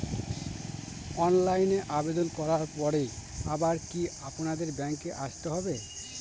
অনলাইনে আবেদন করার পরে আবার কি আপনাদের ব্যাঙ্কে আসতে হবে?